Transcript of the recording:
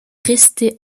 resté